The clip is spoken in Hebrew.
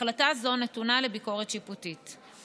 החלטה זו נתונה לביקורת שיפוטית.